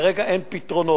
כרגע אין פתרונות.